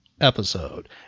episode